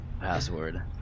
password